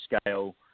scale